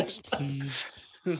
please